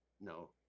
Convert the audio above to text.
No